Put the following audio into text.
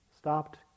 stopped